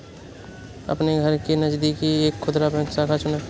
अपने घर के नजदीक एक खुदरा बैंक शाखा चुनें